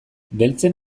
beltzen